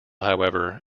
however